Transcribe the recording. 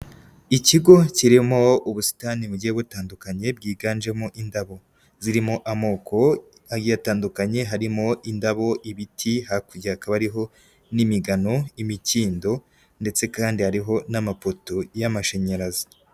Ikigo kirimo ubusitani bugiye butandukanye bwiganjemo indabo zirimo amoko agiye atandukanye, harimo indabo, ibiti, hakurya hakaba hariho n'imigano, imikindo ndetse kandi hariho n'amapoto y'amashanyarazi.